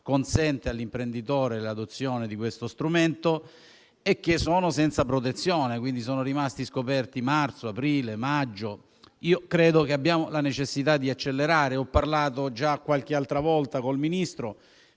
consente all'imprenditore l'adozione di questo strumento - e sono senza protezione (quindi sono rimaste scoperte per i mesi di marzo, aprile e maggio). Credo abbiamo la necessità di accelerare: ho parlato già qualche altra volta con il Ministro